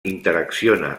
interacciona